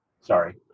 sorry